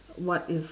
what if